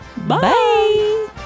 Bye